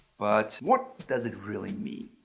but what does it really mean?